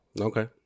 Okay